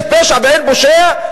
יש פשע ואין פושע?